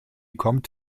kommt